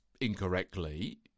incorrectly